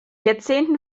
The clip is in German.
jahrzehnten